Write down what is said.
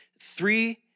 Three